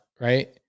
right